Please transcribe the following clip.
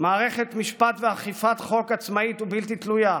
"מערכת משפט ואכיפת חוק עצמאית ובלתי תלויה",